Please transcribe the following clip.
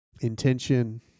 intention